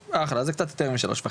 אז זה קצת יותר משלוש וחצי.